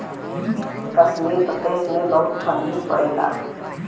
कश्मीर प्रदेस मे बहुते ठंडी पड़ेला